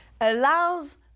allows